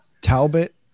Talbot